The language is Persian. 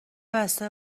بسته